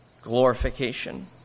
glorification